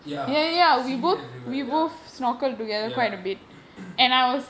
ya seaweed everywhere ya ya